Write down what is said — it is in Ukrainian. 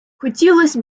хотілось